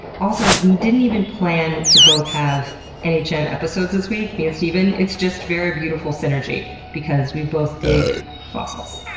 also, we didn't even plan to both have and nhm um episodes this week, me and steven. it's just very beautiful synergy because we both dig fossils.